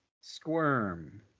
Squirm